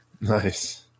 Nice